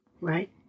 Right